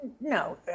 No